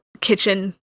kitchen